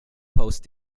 post